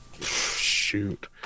Shoot